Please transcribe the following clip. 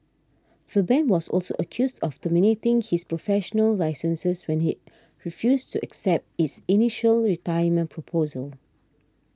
the bank was also accused of terminating his professional licenses when he refused to accept its initial retirement proposal